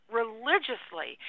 religiously